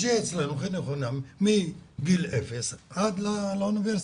אז שיהיה אצלנו חינוך חינם מגיל אפס עד לאוניברסיטה.